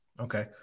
okay